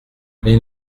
mais